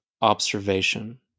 observation